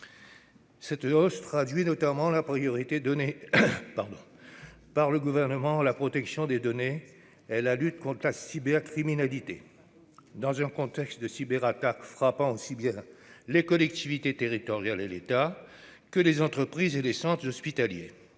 Cette hausse traduit notamment la priorité donnée par le Gouvernement à la protection des données et à la lutte contre la cybercriminalité, dans un contexte de cyberattaques frappant aussi bien les collectivités territoriales et l'État que les entreprises et les centres hospitaliers.